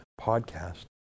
podcast